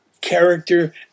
character